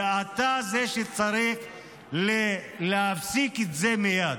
ואתה זה שצריך להפסיק את זה מייד.